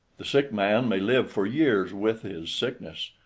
the sick man may live for years with his sickness,